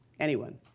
anyone?